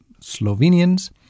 Slovenians